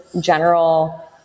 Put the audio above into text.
general